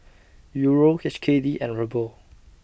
Euro H K D and Ruble